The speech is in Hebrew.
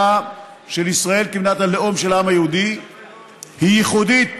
של ישראל כמדינת הלאום של העם היהודי היא ייחודית